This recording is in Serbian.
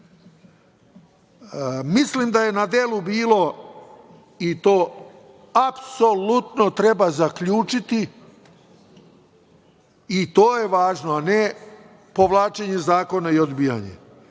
itd. Mislim da je na delu bilo i to apsolutno treba zaključiti i to je važno, a ne povlačenje zakona i odbijanje,